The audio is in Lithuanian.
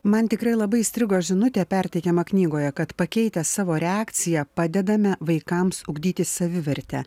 man tikrai labai įstrigo žinutė perteikiama knygoje kad pakeitę savo reakciją padedame vaikams ugdyti savivertę